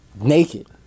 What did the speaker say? naked